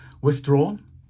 withdrawn